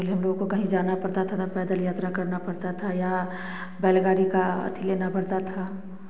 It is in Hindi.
पहले हम लोगो को कहीं जाना पड़ता था तब पैदल यात्रा करना पड़ता था या बैलगाड़ी का अथि लेना पड़ता था